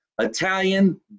Italian